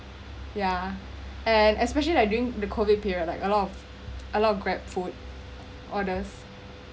yeah and especially like during the COVID period like a lot of a lot of Grab food orders